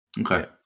Okay